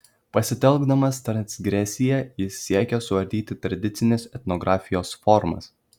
pasitelkdamas transgresiją jis siekia suardyti tradicinės etnografijos formas